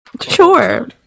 Sure